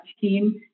team